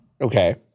Okay